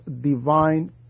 divine